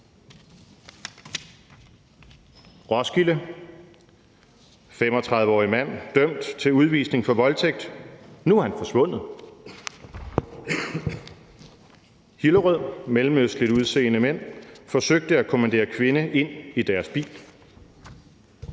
Roskilde: »35-årig mand dømt til udvisning for voldtægt – nu er han forsvundet«. Hillerød: »Mellemøstligt udseende mænd forsøgte at kommandere kvinde ind i deres bil«.